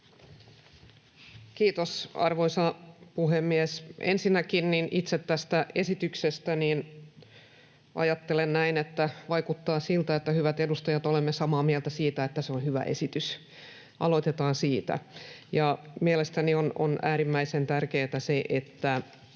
Kiitos, arvoisa puhemies! Ensinnäkin itse tästä esityksestä ajattelen näin, että vaikuttaa siltä, että hyvät edustajat, olemme samaa mieltä siitä, että se on hyvä esitys. Aloitetaan siitä. Mielestäni on äärimmäisen tärkeätä se, että